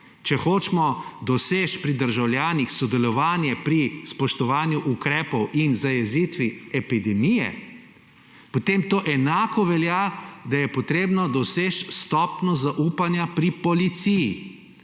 če hočemo doseči pri državljanih sodelovanje pri spoštovanju ukrepov in zajezitvi epidemije, potem to enako velja, da je treba doseči stopnjo zaupanja pri policiji.